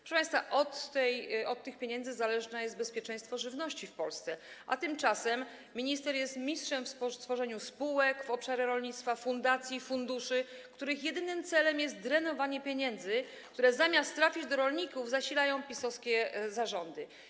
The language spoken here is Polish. Proszę państwa, od tych pieniędzy zależne jest bezpieczeństwo żywności w Polsce, a tymczasem minister jest mistrzem w tworzeniu w obszarze rolnictwa spółek, fundacji, funduszy, których jedynym celem jest drenowanie pieniędzy, które zamiast trafiać do rolników, zasilają PiS-owskie zarządy.